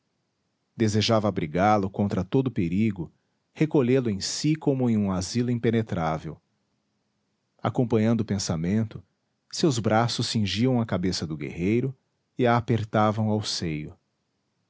desejava abrigá lo contra todo o perigo recolhê lo em si como em um asilo impenetrável acompanhando o pensamento seus braços cingiam a cabeça do guerreiro e a apertavam ao seio